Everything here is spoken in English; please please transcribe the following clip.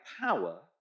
power